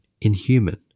Inhuman